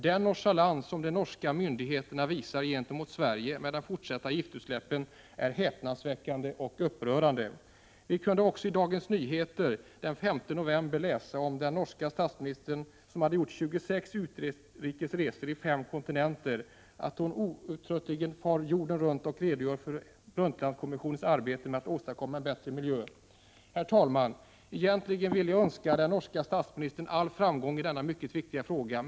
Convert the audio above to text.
Den nonchalans som de norska myndigheterna visar gentemot Sverige med de fortsatta giftutsläppen är häpnadsväckande och upprörande. Vi kunde också i Dagens Nyheter den 15 november läsa att den norska statsministern gjort 26 utrikesresor på fem kontinenter. Vi kunde läsa att hon outtröttligen far jorden runt och redogör för Brundtlandkommissionens arbete med att åstadkomma en bättre miljö i världen. Herr talman! Egentligen vill jag önska den norska statsministern all framgång i denna mycket viktiga uppgift.